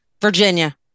virginia